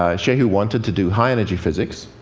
ah shehu wanted to do high-energy physics,